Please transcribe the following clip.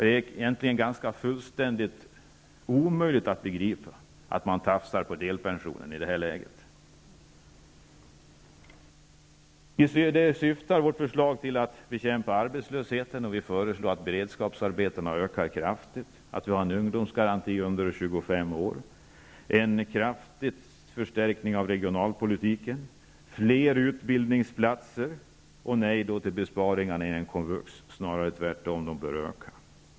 Det är omöjligt att begripa att regeringen tafsar på delpensionen i detta läge. Vårt förslag syftar till att arbetslösheten skall bekämpas. Vi föreslår att beredskapsarbetena ökar kraftigt och att det skall finnas en ungdomsgaranti för ungdomar under 25 år. Vi föreslår vidare en kraftig förstärkning av regionalpolitiken och fler utbildningsplatser. Vi säger också nej till besparingar inom komvux. Vi anser i stället att komvux bör få ökade anslag.